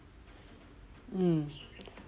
mm